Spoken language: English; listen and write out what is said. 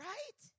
Right